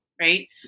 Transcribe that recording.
Right